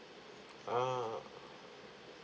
ah